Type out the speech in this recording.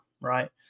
right